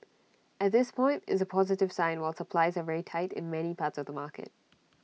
at this point it's A positive sign while supplies are very tight in many parts of the market